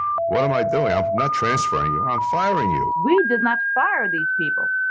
what am i doing? i'm not transferring you. i'm firing you we did not fire these people.